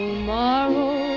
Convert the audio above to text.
Tomorrow